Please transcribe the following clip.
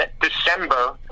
December